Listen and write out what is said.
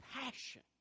passion